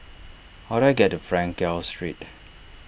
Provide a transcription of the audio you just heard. how do I get to Frankel Street